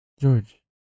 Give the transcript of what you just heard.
George